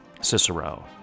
Cicero